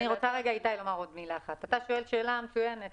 איתי, אתה שואל שאלה מצוינת.